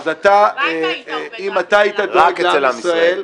הלוואי שהיית עובד רק אצל עם ישראל.